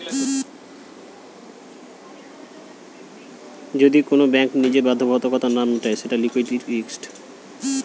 যদি কোন ব্যাঙ্ক নিজের বাধ্যবাধকতা না মিটায় সেটা লিকুইডিটি রিস্ক